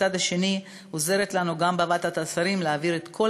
ומצד שני היא עוזרת לנו גם בוועדת השרים להעביר את כל